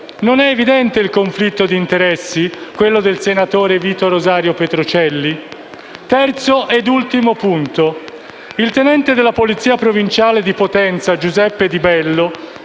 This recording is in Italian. non è un evidente conflitto di interessi del senatore Vito Rosario Petrocelli? Vengo al terzo ed ultimo punto: il tenente della polizia provinciale di Potenza, Giuseppe Di Bello,